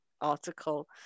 article